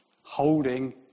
holding